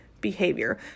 behavior